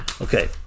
Okay